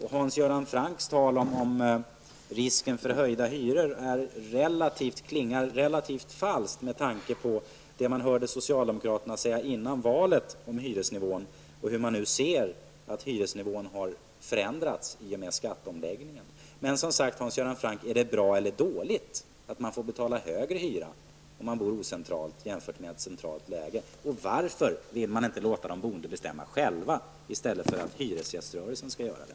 Hans Göran Francks tal om risken för höjda hyror klingar relativt falskt med tanke på det man hörde socialdemokraterna säga innan valet om hyresnivån och att man nu ser hur hyresnivån har förändrats i och med skatteomläggningen. Hans Göran Franck, är det bra eller dåligt att man får betala högre hyra om man bor ocentralt jämfört med ett centralt läge? Varför vill man inte låta de boende bestämma själva i stället för att hyresgäströrelsen skall göra det?